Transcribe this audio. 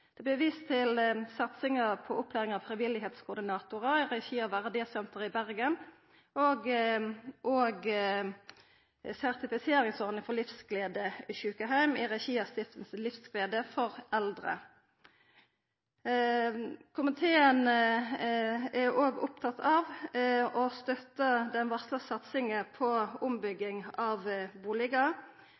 Det vert vist til satsinga på opplæring av frivilligheitskoordinatorar i regi av Verdighetssenteret i Bergen, og òg sertifiseringsordning for «livsgledesykehjem» i regi av Stiftelsen Livsglede for Eldre. Komiteen er òg opptatt av og støttar den varsla satsinga på ombygging av